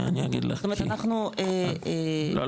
זאת אומרת אנחנו --- לא,